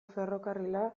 ferrokarrila